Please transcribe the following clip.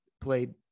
played